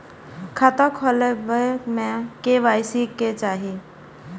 खाता खोला बे में के.वाई.सी के चाहि?